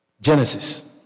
Genesis